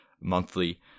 monthly